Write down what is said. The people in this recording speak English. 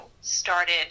started